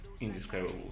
indescribable